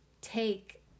take